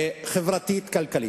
חברתית-כלכלית.